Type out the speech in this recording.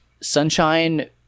sunshine